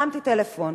הרמתי טלפון